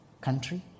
country